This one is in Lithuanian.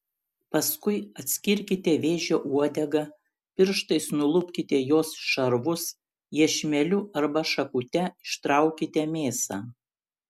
paskui atskirkite vėžio uodegą pirštais nulupkite jos šarvus iešmeliu arba šakute ištraukite mėsą